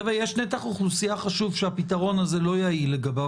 יש נתח אוכלוסייה חשוב שהפתרון הזה לא יעיל לגביו,